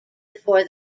before